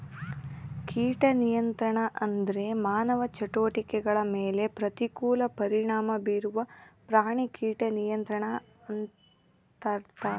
ಕೀಟ ನಿಯಂತ್ರಣ ಅಂದ್ರೆ ಮಾನವ ಚಟುವಟಿಕೆಗಳ ಮೇಲೆ ಪ್ರತಿಕೂಲ ಪರಿಣಾಮ ಬೀರುವ ಪ್ರಾಣಿ ಕೀಟ ನಿಯಂತ್ರಣ ಅಂತರ್ಥ